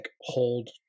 hold